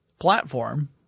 platform